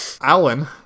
Alan